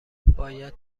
باید